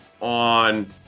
on